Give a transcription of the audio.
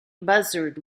buzzard